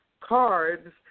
cards